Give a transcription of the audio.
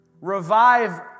Revive